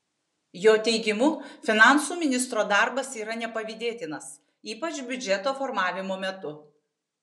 jo teigimu finansų ministro darbas yra nepavydėtinas ypač biudžeto formavimo metu